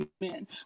men